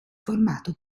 formato